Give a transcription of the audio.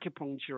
acupuncture